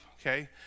okay